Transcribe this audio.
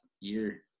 year